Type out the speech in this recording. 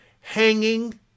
hanging